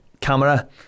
Camera